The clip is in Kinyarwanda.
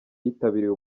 yitabiriye